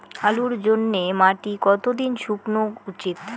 আলুর জন্যে মাটি কতো দিন শুকনো উচিৎ?